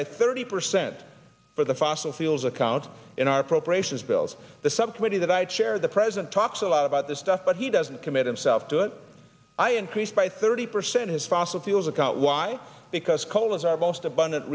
by thirty percent for the fossil fuels accounts in our appropriations bills the subcommittee that i chair the president talks a lot about this stuff but he doesn't commit himself to it i increased by thirty percent his fossil fuels account why because coal is our most abundant